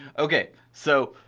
ok, so,